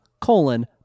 colon